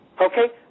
okay